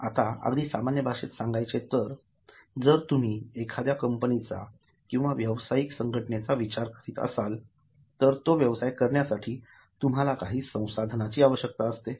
आता अगदी सामान्य भाषेत सांगायचे तर जर तुम्ही एखाद्या कंपनीचा किंवा व्यावसायिक संघटनेचा विचार करीत असाल तर तो व्यवसाय करण्यासाठी तुम्हाला काही संसाधनाची आवश्यकता असते